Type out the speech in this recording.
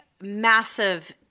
massive